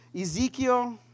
Ezekiel